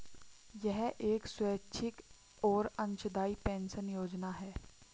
यह एक स्वैच्छिक और अंशदायी पेंशन योजना है